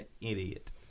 idiot